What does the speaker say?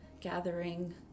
gathering